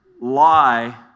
lie